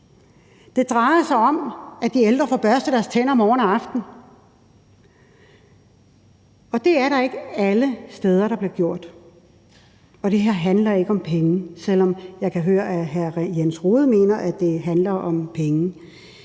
det drejer sig også om, at de ældre får børstet deres tænder morgen og aften, og det er ikke alle steder det bliver gjort. Og det her handler ikke om penge, selv om jeg kan høre, at hr. Jens Rohde mener, at det handler om penge.